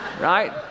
Right